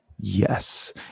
Yes